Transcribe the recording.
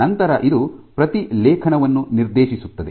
ನಂತರ ಅದು ಪ್ರತಿಲೇಖನವನ್ನು ನಿರ್ದೇಶಿಸುತ್ತದೆ